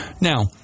Now